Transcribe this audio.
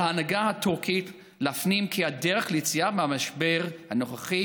על ההנהגה הטורקית להפנים כי הדרך ליציאה מהמשבר הנוכחי